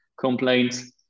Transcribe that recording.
complaints